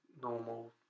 normal